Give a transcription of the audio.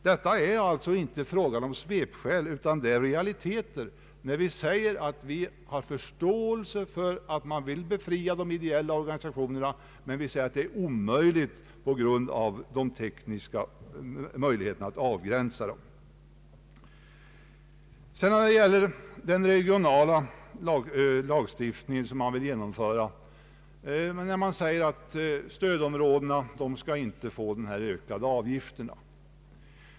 Det är alltså inte här fråga om svepskäl utan om realiteter, när vi säger att vi har förståelse för att man vill befria de ideella organisationerna från arbetsgivaravgift men att det är omöjligt på grund av svårigheterna att avgränsa dessa organisationer. Den regionala lagstiftning som man vill genomföra innebär att denna ökade avgift inte bör utgå i stödområdena.